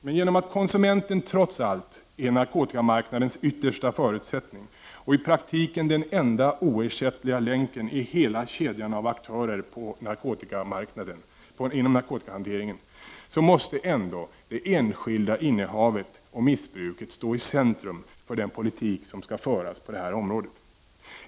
Men genom att konsumenten trots allt är narkotikamarknadens yttersta förutsättning och i praktiken den enda oersättliga länken i hela kedjan av aktörer inom narkotikahanteringen, måste ändå det enskilda innehavet och missbruket stå i centrum för den politik som skall föras på det här området.